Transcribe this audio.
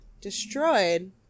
destroyed